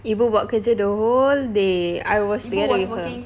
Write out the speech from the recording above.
ibu buat kerja the whole day I was telling her